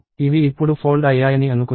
ఇవి ఇప్పుడు ఫోల్డ్ అయ్యాయని అనుకుందాం